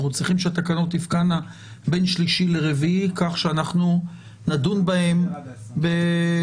אנחנו צריכים שהתקנות תפקענה בין שלישי לרביעי כך שאנחנו נדון בהן ביום